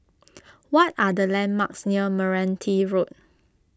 what are the landmarks near Meranti Road